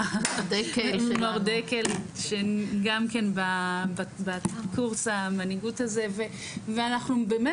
לינור דקל שגם כן בקורס המנהיגות הזה ואנחנו באמת,